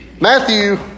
Matthew